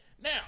Now